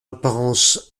apparence